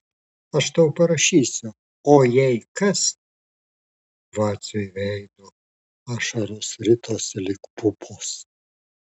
aš tau parašysiu o jei kas vaciui veidu ašaros ritosi lyg pupos